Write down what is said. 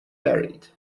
buried